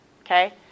okay